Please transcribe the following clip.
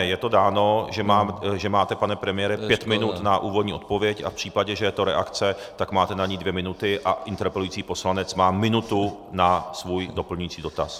Je to dáno, že máte, pane premiére, pět minut na úvodní odpověď a v případě, že je to reakce, tak máte na ni dvě minuty a interpelující poslanec má minutu na svůj doplňující dotaz.